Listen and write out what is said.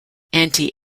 anti